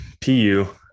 pu